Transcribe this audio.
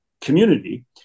community